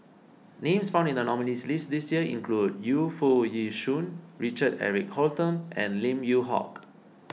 names found in the nominees' list this year include Yu Foo Yee Shoon Richard Eric Holttum and Lim Yew Hock